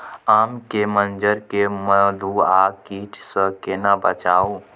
आम के मंजर के मधुआ कीट स केना बचाऊ?